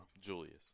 Julius